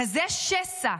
כזה שסע,